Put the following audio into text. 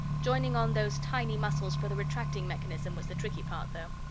joining on those tiny muscles for the retracting mechanism was the tricky part though.